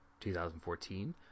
2014